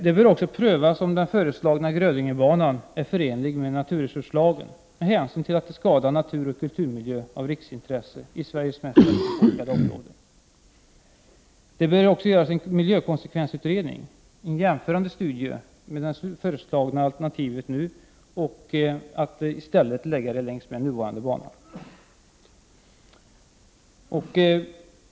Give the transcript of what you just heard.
Det bör också prövas om en Grödingesträckning är förenlig med naturresurslagen med tanke på att den föreslagna sträckningen skadar naturoch kulturmiljö av riksintresse i Sveriges mest tätbefolkade område. Det bör också göras en miljökonsekvensutredning, en jämförande studie mellan det föreslagna alternativet och alternativet att i stället lägga den längs nuvarande banan.